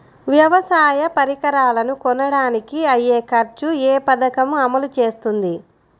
వ్యవసాయ పరికరాలను కొనడానికి అయ్యే ఖర్చు ఏ పదకము అమలు చేస్తుంది?